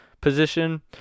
position